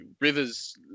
Rivers